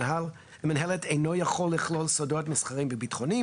למינהלת אינו יכול לכלול סודות מסחריים וביטחוניים.